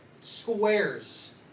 squares